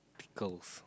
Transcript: pick off